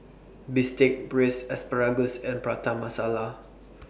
Bistake Braised Asparagus and Prata Masala